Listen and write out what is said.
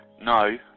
No